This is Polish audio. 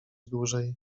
dłużej